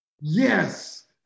Yes